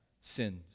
sins